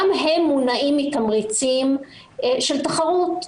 גם הם מונעים מתמריצים של תחרות,